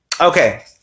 Okay